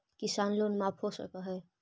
किसान लोन माफ हो सक है?